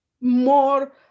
more